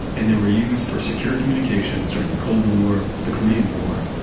and they were used for secure communications during the cold war, the korean war,